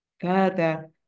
further